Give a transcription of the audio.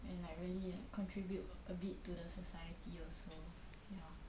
and like really like contribute a bit to the society also ya